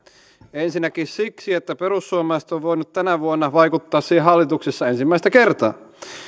ensinnäkin siksi että perussuomalaiset ovat voineet tänä vuonna vaikuttaa siihen hallituksessa ensimmäistä kertaa